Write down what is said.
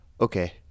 okay